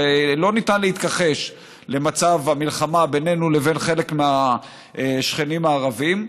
הרי לא ניתן להתכחש למצב המלחמה בינינו לבין חלק מהשכנים הערבים.